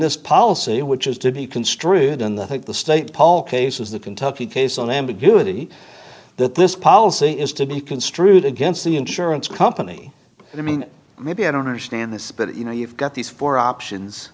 this policy which is to be construed in the think the state paul cases the kentucky case on ambiguity that this policy is to be construed against the insurance company i mean maybe i don't understand this but you know you've got these four options